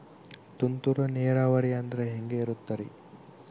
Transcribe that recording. ತುಂತುರು ನೇರಾವರಿ ಅಂದ್ರೆ ಹೆಂಗೆ ಇರುತ್ತರಿ?